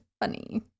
funny